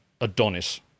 Adonis